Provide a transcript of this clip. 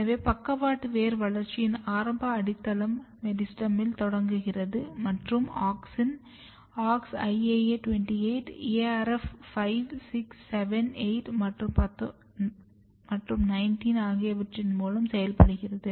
எனவே பக்கவாட்டு வேர் வளர்ச்சியின் ஆரம்பம் அடித்தள மெரிஸ்டெமில் தொடங்குகிறது மற்றும் ஆக்ஸின் AuxIAA 28 ARF 5 6 7 8 மற்றும் 19 ஆகியவற்றின் மூலம் செயல்படுகிறது